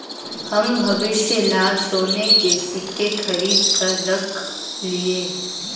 हम भविष्य ला सोने के सिक्के खरीद कर रख लिए